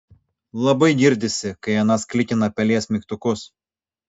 labai girdisi kai anas klikina pelės mygtukus